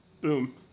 boom